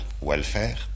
welfare